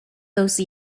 those